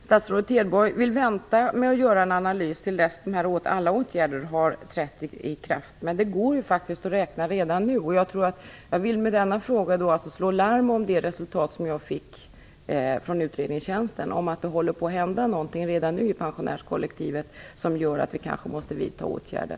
Statsrådet Hedborg vill vänta med att göra en analys till dess att alla åtgärder har trätt i kraft, men det går att räkna redan nu. Jag vill med denna fråga, med anledning av resultatet av undersökningen från utredningstjänsten, slå larm om att det redan nu håller på att hända någonting i pensionärskollektivet som gör att vi kanske måste vidta åtgärder.